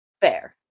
Fair